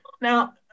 Now